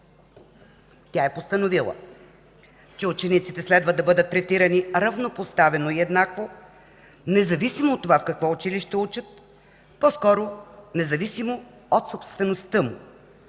Тя е постановила, че учениците следва да бъдат третирани равнопоставено и еднакво независимо в какво училище учат, по-скоро – независимо от собствеността му.